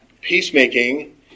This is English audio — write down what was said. Peacemaking